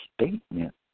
statement